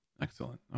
excellent